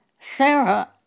Sarah